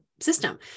system